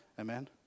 Amen